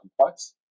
complex